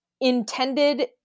intended